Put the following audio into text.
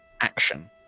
action